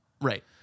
Right